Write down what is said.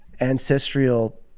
ancestral